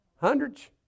Hundreds